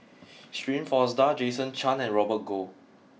Shirin Fozdar Jason Chan and Robert Goh